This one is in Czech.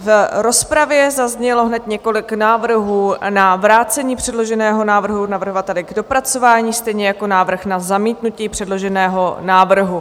V rozpravě zaznělo hned několik návrhů na vrácení předloženého návrhu navrhovateli k dopracování, stejně jako návrh na zamítnutí předloženého návrhu.